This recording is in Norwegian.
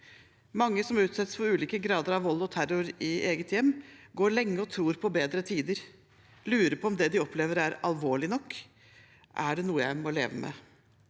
Mange som utsettes for ulike grader av vold og terror i eget hjem, går lenge og tror på bedre tider, de lurer på om det de opplever, er alvorlig nok. Er det noe jeg må leve med?